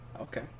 okay